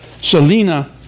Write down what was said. Selena